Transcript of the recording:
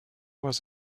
was